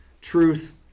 truth